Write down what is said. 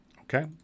Okay